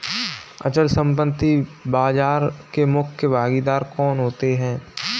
अचल संपत्ति बाजार के मुख्य भागीदार कौन होते हैं?